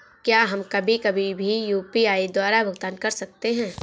क्या हम कभी कभी भी यू.पी.आई द्वारा भुगतान कर सकते हैं?